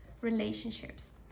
relationships